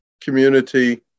community